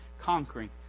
conquering